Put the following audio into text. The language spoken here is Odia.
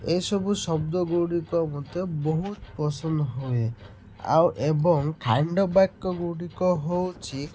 ଏସବୁ ଶବ୍ଦ ଗୁଡ଼ିକ ମତେ ବହୁତ ପସନ୍ଦ ହୁଏ ଆଉ ଏବଂ ଖଣ୍ଡ ବାକ୍ୟ ଗୁଡ଼ିକ ହେଉଛି